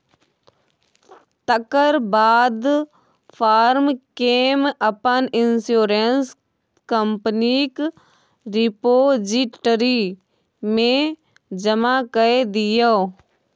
तकर बाद फार्म केँ अपन इंश्योरेंस कंपनीक रिपोजिटरी मे जमा कए दियौ